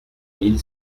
mille